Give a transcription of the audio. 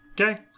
Okay